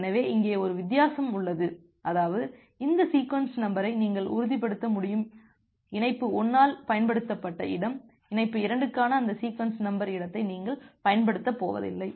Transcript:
எனவே இங்கே ஒரு வித்தியாசம் உள்ளது அதாவது இந்த சீக்வென்ஸ் நம்பரை நீங்கள் உறுதிப்படுத்த முடியும் இணைப்பு 1 ஆல் பயன்படுத்தப்பட்ட இடம் இணைப்பு 2 க்கான அந்த சீக்வென்ஸ் நம்பர் இடத்தை நீங்கள் பயன்படுத்தப் போவதில்லை